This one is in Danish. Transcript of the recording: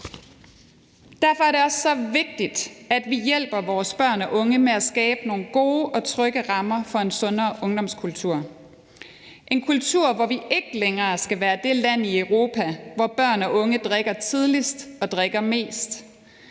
Derfor er det også så vigtigt, at vi hjælper vores børn og unge med at skabe nogle gode og trygge rammer for en sundere ungdomskultur – en kultur, hvor vi ikke længere skal være det land i Europa, hvor børn og unge drikker tidligst og drikker mest;